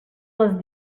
les